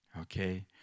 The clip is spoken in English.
Okay